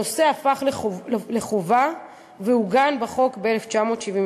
לשלטון, הנושא הפך לחובה ועוגן בחוק ב-1979.